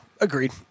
agreed